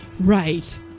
Right